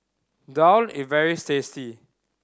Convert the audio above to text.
daal is very tasty